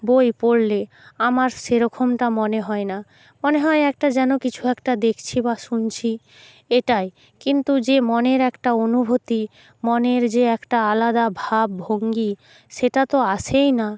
বই পড়লে আমার সেরকমটা মনে হয় না মনে হয় একটা যেন কিছু একটা দেখছি বা শুনছি এটাই কিন্তু যে মনের একটা অনুভূতি মনের যে একটা আলাদা ভাবভঙ্গি সেটা তো আসেই না